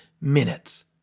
minutes